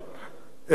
את התפיסות.